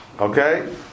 Okay